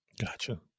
Gotcha